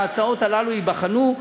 ההצעות הללו ייבחנו,